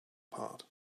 part